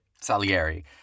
Salieri